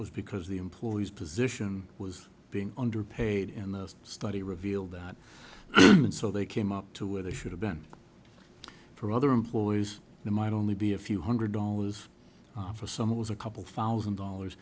was because the employees position was being underpaid in the study revealed that and so they came up to where they should have been for other employees they might only be a few hundred dollars for some it was a couple thousand dollars